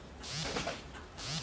আউশ ধান কি জায়িদ মরসুমে ভালো হয়?